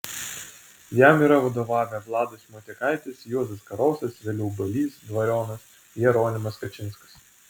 jam yra vadovavę vladas motiekaitis juozas karosas vėliau balys dvarionas jeronimas kačinskas